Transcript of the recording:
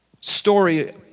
story